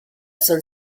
son